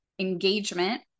engagement